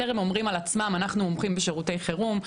טרם אומרים על עצמם שהם מומחים בשירותי חירום.